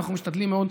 ואנחנו משתדלים מאוד.